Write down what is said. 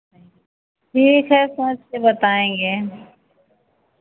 ठीक है सोच के बताएंगे